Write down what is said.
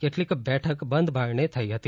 કેટલીક બેઠક બંધબારણે થઈ હતી